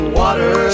water